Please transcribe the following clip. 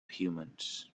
humans